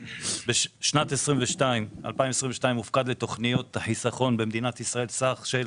בשנת 2022 הופקדו לתכניות החיסכון במדינת ישראל סך של